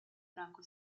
franco